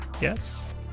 Yes